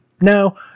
No